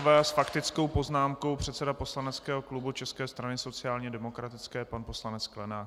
S faktickou poznámkou předseda poslaneckého klubu České strany sociálně demokratické, pan poslanec Sklenák.